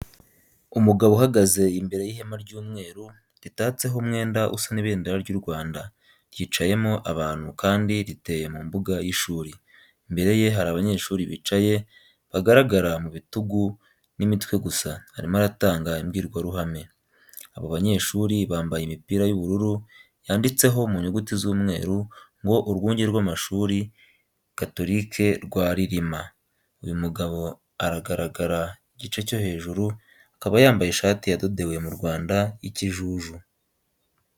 Umugabo uhagaze imbere y'ihema ry'umweru, ritatseho umwenda usa n'ibendera ry'u Rwanda, ryicayemo abantu kandi riteye mu mbuga y'ishuri. Imbere ye hari abanyeshuri bicaye bagaragara mu bitugu n'imitwe gusa, arimo aratanga imbwirwaruhame. Abo banyeshuri bambaye imipira y'ubururu yanditseho, mu nyuti z'umweru, ngo Urwunge rw'Amashuri Gatolika rwa Rilima. Uyu mugabo aragaragara igice cyo hejuru, akaba yambaye ishati yadodewe mu Rwanda y'ikijuju.